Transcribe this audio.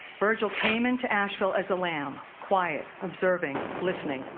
virgil came into asheville as a lamb quiet, observing, listening,